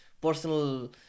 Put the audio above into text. personal